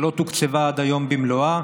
שלא תוקצבה עד היום במלואה.